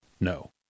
No